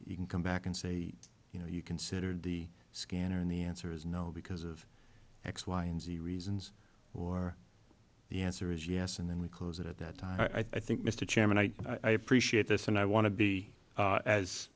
you can come back and say you know you considered the scanner and the answer is no because of x y and z reasons or the answer is yes and then we close it at that time i think mr chairman i i appreciate this and i want to be